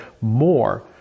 more